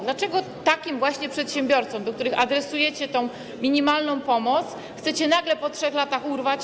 Dlaczego takim właśnie przedsiębiorcom, do których adresujecie tę minimalną pomoc, chcecie nagle po 3 latach to urwać?